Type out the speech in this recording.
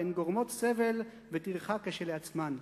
והן גורמות סבל וטרחה כשלעצמן.